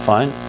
Fine